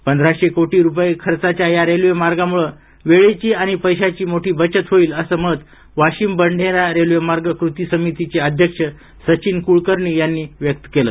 पंधराशे कोटी रूपये खर्च्या या रेल्वे मार्गामूळे वेळेची आणि पैशाची मोठी बचत होईल असं मत वाशिम बडनेरा रेल्वे मार्ग कृती समितीचे अध्यक्ष सचिन क्ळकर्णी यांनी व्यक्त केलं